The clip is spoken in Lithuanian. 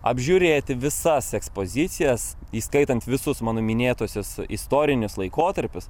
apžiūrėti visas ekspozicijas įskaitant visus mano minėtuosius istorinius laikotarpius